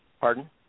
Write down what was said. Pardon